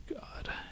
God